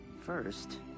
First